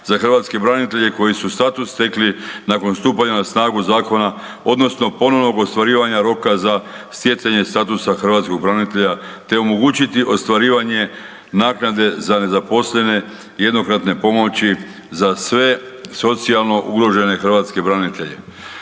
za hrvatske branitelje koji su status stekli nakon stupanja na snagu zakona odnosno ponovnog ostvarivanja roka za stjecanje statusa hrvatskog branitelja te omogućiti ostvarivanje naknade za nezaposlene jednokratne pomoći za sve socijalno ugrožene hrvatske branitelje.